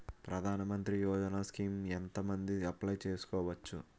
ప్రధాన మంత్రి యోజన స్కీమ్స్ ఎంత మంది అప్లయ్ చేసుకోవచ్చు?